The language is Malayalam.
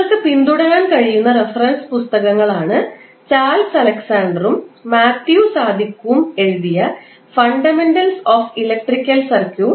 നിങ്ങൾക്ക് പിന്തുടരാൻ കഴിയുന്ന റഫറൻസ് പുസ്തകങ്ങളാണ് Charles Alexander ഉം Matthew Sadiku ഉം എഴുതിയ 'Fundamentals of Electric Circuits'